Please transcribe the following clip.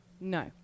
No